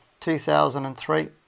2003